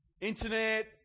Internet